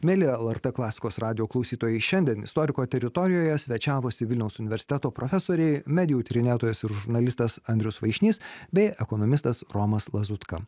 mieli lrt klasikos radijo klausytojai šiandien istoriko teritorijoje svečiavosi vilniaus universiteto profesoriai medijų tyrinėtojas ir žurnalistas andrius vaišnys bei ekonomistas romas lazutka